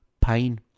pain